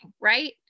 right